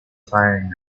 firing